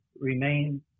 remain